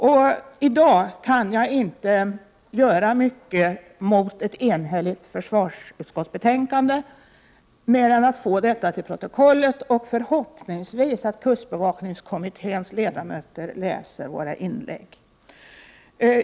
I dag kan jag inte göra mycket mot ett enhälligt försvarsutskottsbetänkande mer än att få detta till protokollet och hoppas att kustbevakningskommitténs ledamöter läser våra inlägg.